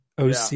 OC